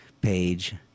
Page